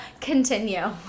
Continue